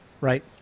right